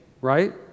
right